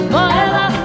Forever